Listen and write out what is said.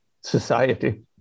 society